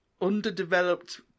underdeveloped